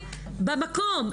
במקום,